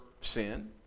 sin